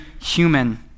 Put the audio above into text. human